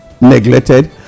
neglected